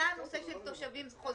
עלה גם הנושא של תושבים חוזרים,